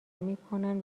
میکنن